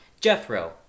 Jethro